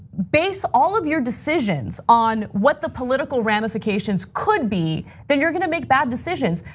base all of your decisions on what the political ramifications could be, then you're going to make bad decisions.